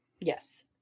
Yes